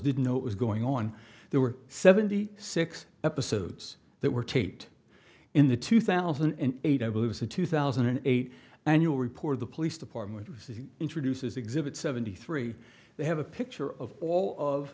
didn't know what was going on there were seventy six episodes that were taped in the two thousand and eight i believe it's a two thousand and eight annual report the police department says it introduces exhibit seventy three they have a picture of all of